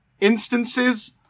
instances